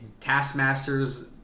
Taskmasters